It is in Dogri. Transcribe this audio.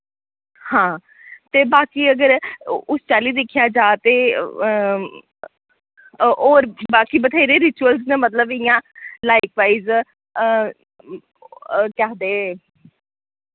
हां ते बाकि अगर उ उस चाल्ली दिक्खेया जा ते और बाकि बथेरे रिचुअलस न मतलब इ'यां लाइकवाइज केह् आखदे